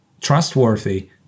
trustworthy